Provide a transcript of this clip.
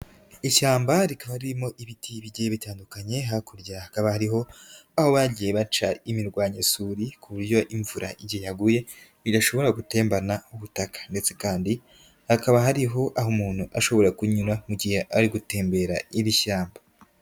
Ishyamba rikaba ririmo ibiti bigiye bitandukanye, hakurya hakaba hariho aho bagiye baca imirwanyasuri ku buryo imvura igihe yaguye idashobora gutembana ubutaka ndetse kandi hakaba hari aho umuntu ashobora kunyura mu gihe ari gutembera iri shyamba.